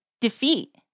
defeat